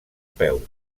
peus